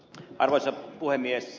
arvoisa puhemies